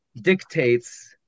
dictates